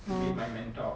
to meet my mentor